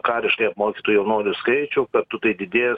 kariškai apmokytų jaunuolių skaičių kartu tai didės